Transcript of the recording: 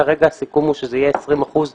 כרגע הסיכום הוא שזה יהיה 20 אחוזים